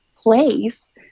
place